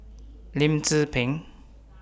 Lim Tze Peng